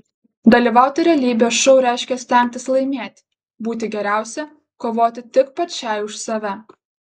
dalyvauti realybės šou reiškia stengtis laimėti būti geriausia kovoti tik pačiai už save